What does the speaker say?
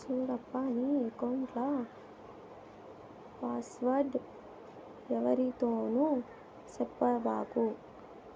సూడప్పా, నీ ఎక్కౌంట్ల పాస్వర్డ్ ఎవ్వరితోనూ సెప్పబాకు